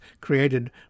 created